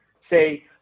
Say